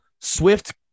Swift